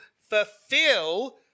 fulfill